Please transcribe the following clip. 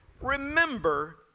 remember